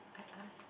I asked